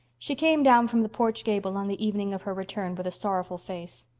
she came down from the porch gable on the evening of her return with a sorrowful face.